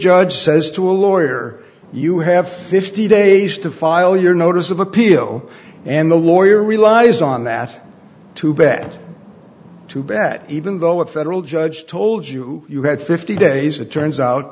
judge says to a lawyer you have fifty days to file your notice of appeal and the lawyer relies on that to bet too bad even though a federal judge told you you had fifty days it turns out